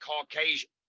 Caucasian